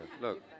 Look